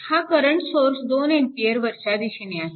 हा current source 2A वरच्या दिशेने आहे